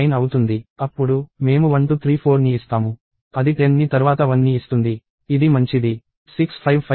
అప్పుడు మేము 1234 ని ఇస్తాము అది 10 ని తర్వాత 1 ని ఇస్తుంది ఇది మంచిది